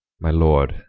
my lord,